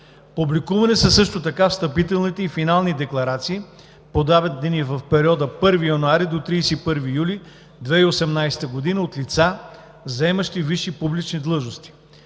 Публикувани са също така встъпителните и финални декларации, подадени в периода от 1 януари до 31 юли 2018 г. от лица, заемащи висши публични длъжности.